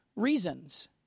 reasons